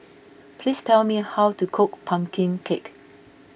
please tell me how to cook Pumpkin Cake